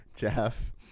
Jeff